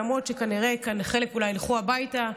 למרות שכנראה חלק אולי ילכו הביתה,